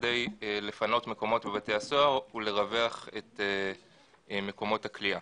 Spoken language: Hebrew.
כדי לפנות מקומות בבתי הסוהר ולרווח את מקומות הכליאה.